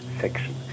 section